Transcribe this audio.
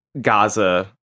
Gaza